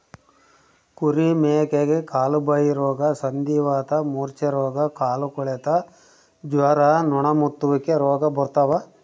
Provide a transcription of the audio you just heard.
ಕುರಿ ಮೇಕೆಗೆ ಕಾಲುಬಾಯಿರೋಗ ಸಂಧಿವಾತ ಮೂರ್ಛೆರೋಗ ಕಾಲುಕೊಳೆತ ಜ್ವರ ನೊಣಮುತ್ತುವಿಕೆ ರೋಗ ಬರ್ತಾವ